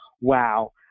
wow